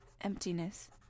Emptiness